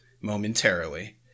momentarily